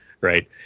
right